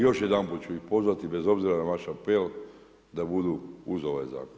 Još jedanput ću ih pozvati bez obzira na vaš apel da budu uz ovaj zakon.